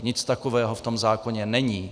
Nic takového v tom zákoně není.